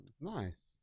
nice